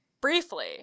briefly